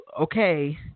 okay